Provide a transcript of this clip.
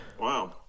Wow